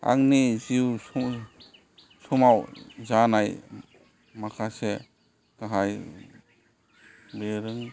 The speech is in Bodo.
आंनि जिउ सम समाव जानाय माखासे गाहाय